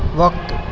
وقت